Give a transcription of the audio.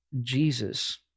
Jesus